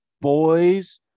Boys